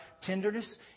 tenderness